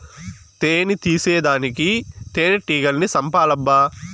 తేని తీసేదానికి తేనెటీగల్ని సంపాలబ్బా